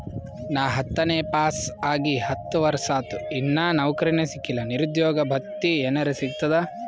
ನಾ ಹತ್ತನೇ ಪಾಸ್ ಆಗಿ ಹತ್ತ ವರ್ಸಾತು, ಇನ್ನಾ ನೌಕ್ರಿನೆ ಸಿಕಿಲ್ಲ, ನಿರುದ್ಯೋಗ ಭತ್ತಿ ಎನೆರೆ ಸಿಗ್ತದಾ?